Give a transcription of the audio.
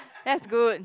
that's good